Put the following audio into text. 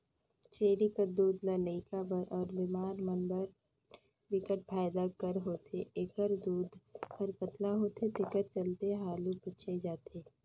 छेरी कर दूद ह लइका बर अउ बेमार मन बर बिकट फायदा कर होथे, एखर दूद हर पतला होथे तेखर चलते हालु पयच जाथे